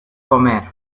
comer